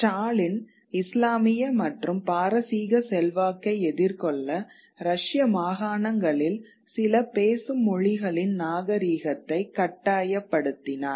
ஸ்டாலின் இஸ்லாமிய மற்றும் பாரசீக செல்வாக்கை எதிர்கொள்ள ரஷ்ய மாகாணங்களில் சில பேசும் மொழிகளின் நாகரிகத்தை கட்டாயப்படுத்தினார்